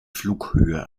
flughöhe